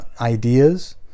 ideas